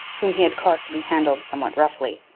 whom he had caused to be handled somewhat roughly.